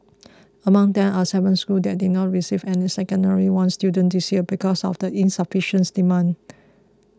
among them are seven schools that did not receive any Secondary One students this year because of insufficient demand